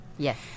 Yes